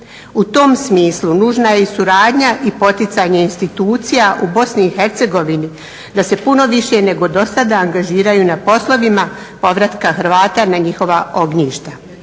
U tom smislu nužna je i suradnja i poticanje institucija u BiH da se puno više nego do sada angažiraju na poslovima povratka Hrvata na njihova ognjišta.